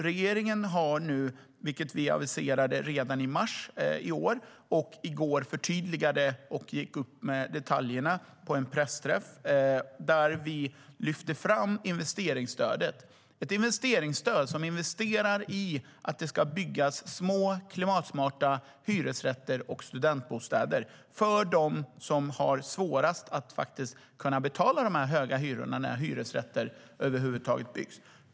Regeringen har nu ett investeringsstöd, vilket vi aviserade redan i mars i år och förtydligade i går, då vi gick ut med detaljerna på en pressträff. Det är ett stöd som investerar i att det ska byggas små, klimatsmarta hyresrätter och studentbostäder för dem som har svårast att kunna betala de höga hyrorna när hyresrätter över huvud taget byggs.